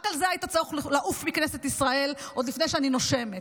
רק על זה היית צריך לעוף מכנסת ישראל עוד לפני שאני נושמת.